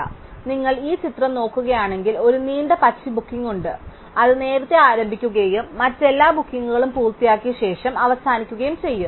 അതിനാൽ നിങ്ങൾ ഈ ചിത്രം നോക്കുകയാണെങ്കിൽ ഒരു നീണ്ട പച്ച ബുക്കിംഗ് ഉണ്ട് അത് നേരത്തേ ആരംഭിക്കുകയും മറ്റെല്ലാ ബുക്കിംഗുകളും പൂർത്തിയാക്കിയ ശേഷം അവസാനിക്കുകയും ചെയ്യും